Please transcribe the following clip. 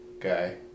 guy